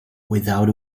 without